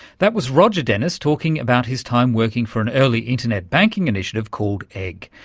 that was roger dennis talking about his time working for an early internet banking initiative called egg,